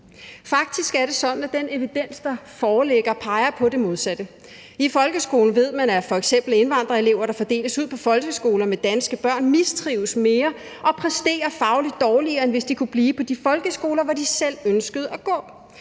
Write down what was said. Faktisk er det sådan, at den evidens, der foreligger, peger på det modsatte. I folkeskolen ved man, at f.eks. indvandrerelever, der fordeles ud på folkeskoler med danske børn, mistrives mere og præsterer fagligt dårligere, end hvis de kunne blive på de folkeskoler, hvor de selv ønskede at gå.